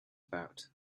about